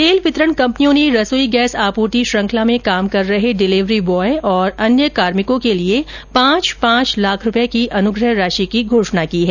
तेल वितरण कंपनियों ने रसोई गैस आपूर्ति श्रूखंला में काम कर रहे डिलीवरी ब्वॉय और अन्य कर्मियों के लिए पांच पांच लाख रूपए की अनुग्रह राशि की घोषणा की है